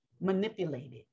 manipulated